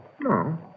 No